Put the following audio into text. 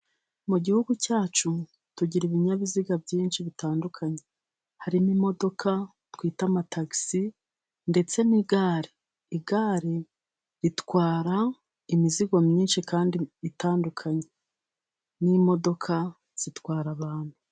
Mugihugu cyacu tugira ibinyabiziga byinshi bitandukanye, harimo imodoka twita amatagisi, ndetse n'igare, igare ritwara imizigo myinshi kandi itandukanye, n'imodoka zitwara abantu.